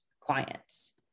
clients